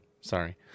sorry